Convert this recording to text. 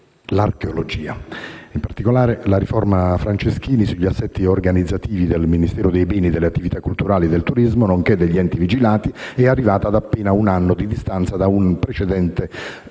dell'archeologia. In particolare, la riforma Franceschini sugli assetti organizzativi del Ministero dei beni e delle attività culturali e del turismo, nonché degli enti vigilati, è arrivata ad appena un anno di distanza da un precedente e